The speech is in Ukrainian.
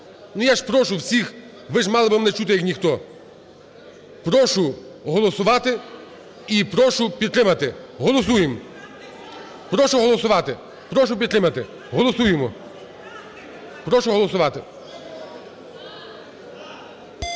я ж прошу всіх, ви ж мали мене чути як ніхто. Прошу голосувати і прошу підтримати. Голосуємо. Прошу голосувати. Прошу підтримати. Голосуємо. Прошу голосувати.